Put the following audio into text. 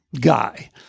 guy